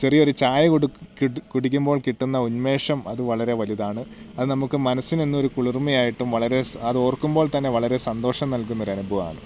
ചെറിയൊരു ചായ കുടിക്കുമ്പോൾ കിട്ടുന്ന ഉന്മേഷം അത് വളരെ വലുതാണ് അത് നമുക്ക് മനസ്സിന് എന്നും ഒരു കുളിർമ്മയായിട്ടും വളരെ അത് ഓർക്കുമ്പോൾ തന്നെ വളരെ സന്തോഷം നൽകുന്ന ഒരു അനുഭമാണ്